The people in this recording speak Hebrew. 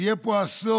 יהיה פה אסון.